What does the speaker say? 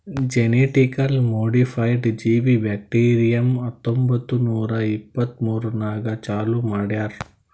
genetically modified ಜೀವಿ bacterium ಹತ್ತೊಂಬತ್ತು ನೂರಾ ಎಪ್ಪತ್ಮೂರನಾಗ್ ಚಾಲೂ ಮಾಡ್ಯಾರ್